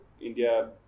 India